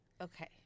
okay